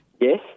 Yes